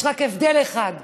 יש רק הבדל אחד: